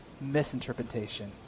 misinterpretation